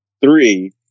three